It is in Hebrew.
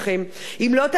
אם לא תעצרו את הקיצוץ,